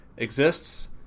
exists